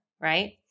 right